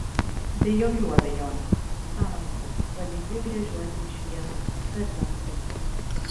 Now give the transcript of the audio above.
be jokių abejonių sąmoningai valingai gręžiuosi į šviesą kas benutiktų